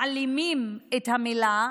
מעלימים את המילה.